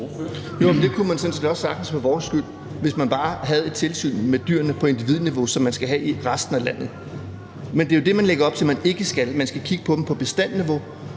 det kunne man sådan set også sagtens for vores skyld, hvis man bare havde et tilsyn med dyrene på individniveau, som man skal have i resten af landet. Men det er jo det, der lægges op til man ikke skal have, for man skal kigge på dem på bestandsniveau